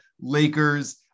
Lakers